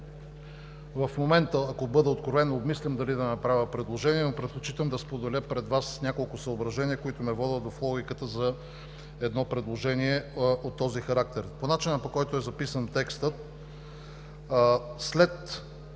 в момента, ако бъда откровен, обмислям дали да направя предложение, но предпочитам да споделя пред Вас няколко съображения, които ме водят в логиката за едно предложение от този характер. По начина, по който е записан текстът след „може